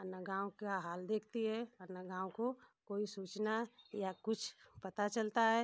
और न गाँव का हाल देखती है और न गाँव को कोई सूचना या कुछ पता चलता है